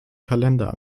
kalender